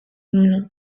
non